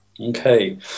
Okay